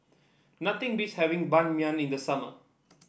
nothing beats having Ban Mian in the summer